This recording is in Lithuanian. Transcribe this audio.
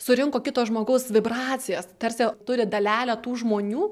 surinko kito žmogaus vibracijas tarsi turi dalelę tų žmonių